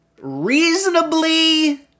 reasonably